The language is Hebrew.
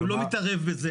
הוא לא מתערב בזה.